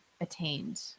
attained